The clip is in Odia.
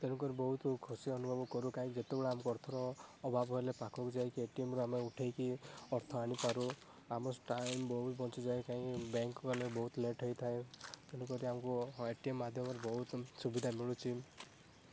ତେଣୁକରି ବହୁତ ଖୁସି ଅନୁଭବ କରୁ କାଇଁ ଯେତେବେଳେ ଆମକୁ ଅର୍ଥର ଅଭାବ ହେଲେ ପାଖକୁ ଯାଇକି ଏ ଟି ଏମ ରୁ ଆମେ ଉଠାଇକି ଅର୍ଥ ଆଣିପାରୁ ଆମ ଟାଇମ ବହୁତ ବଞ୍ଚିଯାଏ କାହିଁକି ବ୍ୟାଙ୍କ ଗଲେ ବହୁତ ଲେଟ ହେଇଥାଏ ତେଣୁକରି ଆମକୁ ହଁ ଏ ଟି ଏମ ମାଧ୍ୟମରେ ବହୁତ ସୁବିଧା ମିଳୁଛି